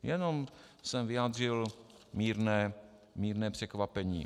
Jenom jsem vyjádřil mírné překvapení.